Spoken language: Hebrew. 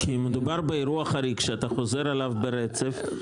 כי מדובר באירוע חריג שאתה חוזר עליו ברצף.